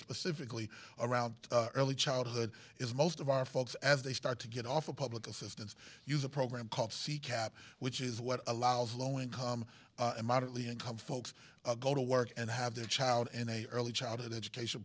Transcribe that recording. specifically around early childhood is most of our folks as they start to get off of public assistance use a program called c cap which is what allows low income and moderately income folks go to work and have their child any early childhood education